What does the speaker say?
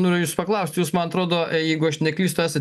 noriu jūsų paklausti jūs man atrodo jeigu aš neklystu esat